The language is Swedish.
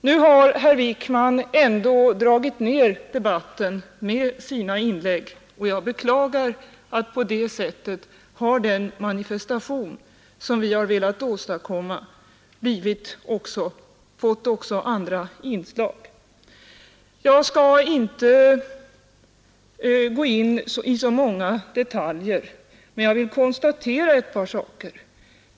Nu har herr Wijkman ändå dragit ner debatten med sina inlägg, och jag beklagar att den manifestation som vi velat åstadkomma på det sättet också fått andra inslag. Jag skall inte gå in på så många detaljer, men jag vill konstatera ett par saker.